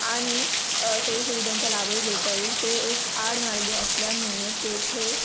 आणि सोयी सुविधांचा लाभही घेता येईल ते एक आड मार्गे असल्यामुळे तेथे